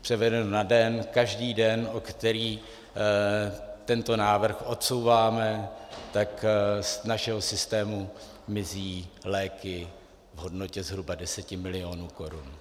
Převedeno na den každý den, o který tento návrh odsouváme, tak z našeho systému mizí léky v hodnotě zhruba 10 milionů korun.